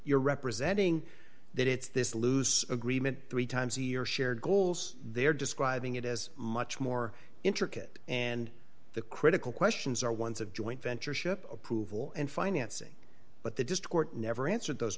you're representing that it's this loose agreement three times a year shared goals they're describing it is much more intricate and the critical questions are ones of joint bent your ship approval and financing but they just court never answered those